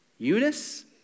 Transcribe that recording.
Eunice